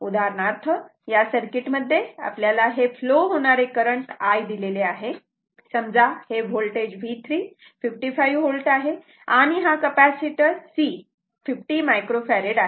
उदाहरणार्थ या सर्किट मध्ये आपल्याला हे फ्लो होणारे करंट I दिलेले आहे समजा हे होल्टेज V3 55 V आहे आणि हा कपॅसिटर C 50 मायक्रो फॅरेड आहे